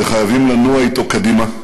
וחייבים לנוע אתו קדימה,